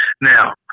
Now